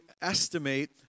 estimate